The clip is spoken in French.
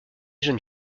jeune